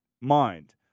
mind